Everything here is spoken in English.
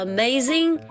Amazing